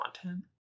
content